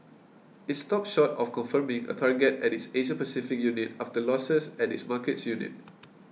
it stopped short of confirming a target at its Asia Pacific unit after losses at its markets unit